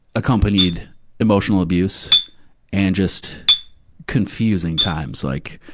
accompanied emotional abuse and just confusing times. like,